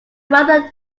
rather